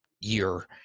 year